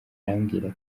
arambwira